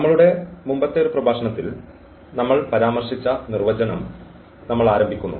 നമ്മളുടെ മുമ്പത്തെ ഒരു പ്രഭാഷണത്തിൽ നമ്മൾ പരാമർശിച്ച നിർവ്വചനം നമ്മൾ ആരംഭിക്കുന്നു